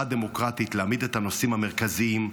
הדמוקרטית להעמיד את הנושאים המרכזיים,